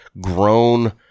grown